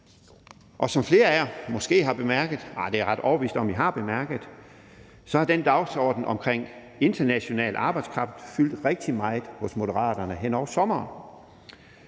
om at I har bemærket – har den dagsorden om international arbejdskraft fyldt rigtig meget hos Moderaterne hen over sommeren,